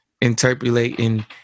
interpolating